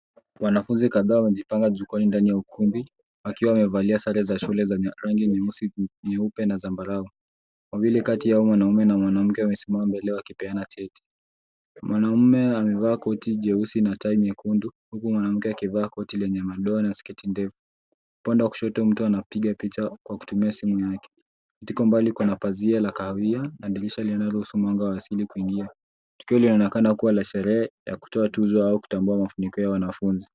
Wanafunzi kadhaa wanajipanga jukwani ndani ya ukumbi akiwa amevalia sare za shule zenye rangi nyeupe na zambarau. Kwa vile Kati yao mwanaume na mwanamke wamesimama mbele wakipeana cheti. Mwanaume amevaa koti jeusi na tai nyekundu huku mwanamke akivaa koti yenye madoa na sketi ndefu. Upande wa kushoto mtu anapiga picha kwa kutumia simu yake. Katika mbali kuna pazia la kahawia na dirisha linaloruhusu mwanga wa asili kuingia. Tukio linaonekana kuwa la sherehe ya kutoa tuzo au kutambua mafanikio ya wanafunzi.